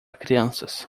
crianças